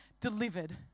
delivered